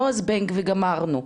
לא זבנג וגמרנו,